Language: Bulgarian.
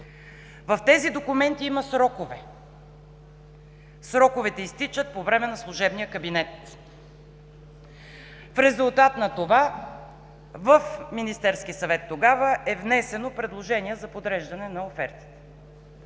В тези документи има срокове. Сроковете изтичат по време на служебния кабинет. В резултат на това в Министерския съвет тогава е внесено предложение за подреждане на офертите.